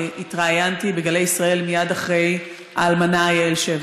התראיינתי בגלי ישראל מייד אחרי האלמנה יעל שבח.